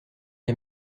les